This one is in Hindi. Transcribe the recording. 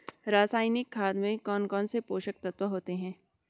रासायनिक खाद में कौन कौन से पोषक तत्व होते हैं?